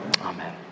Amen